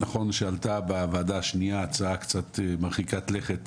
עלתה בוועדה השנייה הצעה קצת מרחיקת לכת,